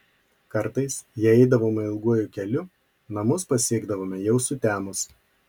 kartais jei eidavome ilguoju keliu namus pasiekdavome jau sutemus